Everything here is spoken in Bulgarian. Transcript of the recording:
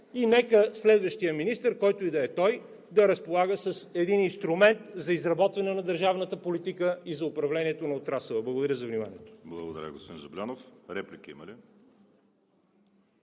и следващият министър, който и да е той, да разполага с един инструмент за изработването на държавната политика и за управлението на отрасъла. Благодаря за вниманието.